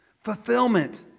fulfillment